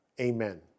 Amen